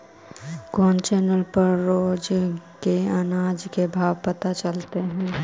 कोन चैनल पर रोज के अनाज के भाव पता चलतै?